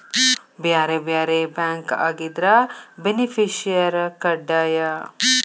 ಬ್ಯಾರೆ ಬ್ಯಾರೆ ಬ್ಯಾಂಕ್ ಆಗಿದ್ರ ಬೆನಿಫಿಸಿಯರ ಕಡ್ಡಾಯ